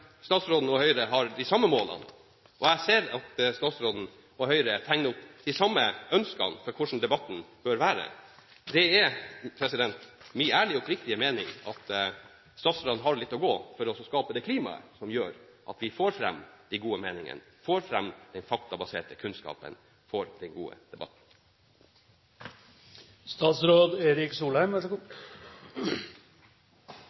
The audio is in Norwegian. statsråden og Høyre tegner opp de samme ønskene for hvordan debatten bør være. Det er min ærlige og oppriktige mening at statsråden har et stykke å gå for å skape det klimaet som gjør at vi får fram de gode meningene, får fram den faktabaserte kunnskapen for den gode